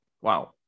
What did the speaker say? Wow